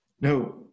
No